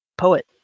poet